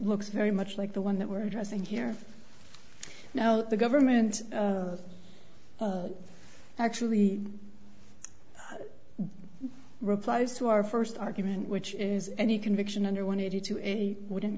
looks very much like the one that we're addressing here now the government actually replies to our first argument which is any conviction under one eighty two wouldn't